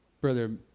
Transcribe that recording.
Brother